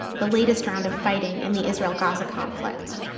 the latest round of fighting in the israel-gaza conflict.